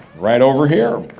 right over here.